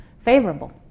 favorable